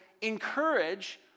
encourage